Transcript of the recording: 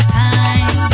time